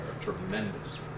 Tremendous